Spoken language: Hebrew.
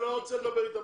לא רוצה לדבר אתה.